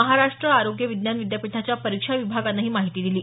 महाराष्ट्र आरोग्य विज्ञान विद्यापीठाच्या परीक्षा विभागानं ही माहिती दिली